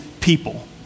people